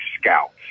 scouts